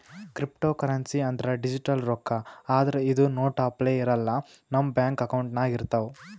cryptocurrency ಅಂದ್ರ digital ರೊಕ್ಕಾ ಆದ್ರ್ ಇದು ನೋಟ್ ಅಪ್ಲೆ ಇರಲ್ಲ ನಮ್ ಬ್ಯಾಂಕ್ ಅಕೌಂಟ್ನಾಗ್ ಇರ್ತವ್